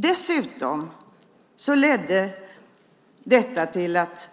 Dessutom ledde detta till att